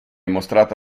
mostrata